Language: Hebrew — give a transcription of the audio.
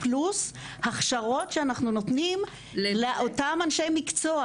פלוס הכשרות שאנחנו נותנים לאותם אנשי מקצוע,